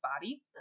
body